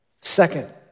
Second